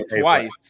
twice